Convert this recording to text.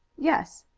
yes.